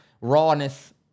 rawness